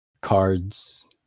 cards